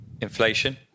Inflation